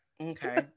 okay